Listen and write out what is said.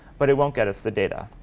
but it won't get us the data.